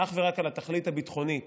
אך ורק לתכלית הביטחונית,